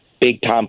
big-time